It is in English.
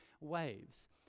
waves